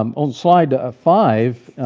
um on slide ah five,